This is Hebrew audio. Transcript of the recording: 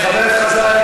חבר הכנסת חזן,